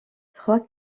trois